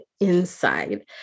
inside